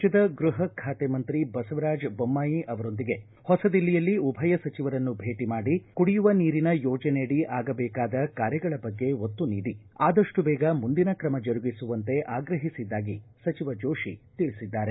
ರಾಜ್ಯದ ಗೃಹ ಖಾತೆ ಮಂತ್ರಿ ಬಸವರಾಜ ದೊಮ್ಮಾಯಿ ಅವರೊಂದಿಗೆ ಹೊಸದಿಲ್ಲಿಯಲ್ಲಿ ಉಭಯ ಸಚಿವರನ್ನು ಭೇಟ ಮಾಡಿ ಕುಡಿಯುವ ನೀರಿನ ಯೋಜನೆಯಡಿ ಆಗಬೇಕಾದ ಕಾರ್ಯಗಳ ಬಗ್ಗೆ ಒತ್ತು ನೀಡಿ ಆದಪ್ಟು ಬೇಗ ಮುಂದಿನ ಕ್ರಮ ಜರುಗಿಸುವಂತೆ ಆಗ್ರಹಿಸಿದ್ದಾಗಿ ಸಚಿವ ಜೋಶಿ ತಿಳಿಸಿದ್ದಾರೆ